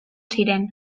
ziren